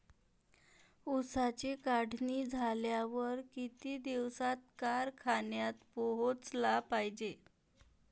ऊसाची काढणी झाल्यावर किती दिवसात कारखान्यात पोहोचला पायजे?